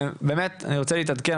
באמת אני רוצה להתעדכן,